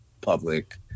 public